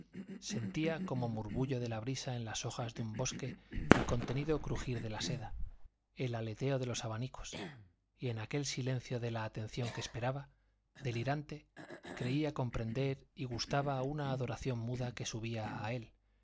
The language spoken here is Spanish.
sentía como murmullo de la brisa en las hojas de un bosque el contenido crujir de la seda el aleteo de los abanicos y en aquel silencio de la atención que esperaba delirante creía comprender y gustaba una adoración muda que subía a él